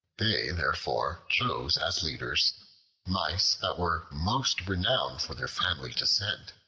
they therefore chose as leaders mice that were most renowned for their family descent,